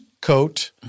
coat